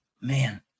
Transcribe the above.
man